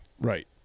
right